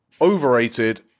overrated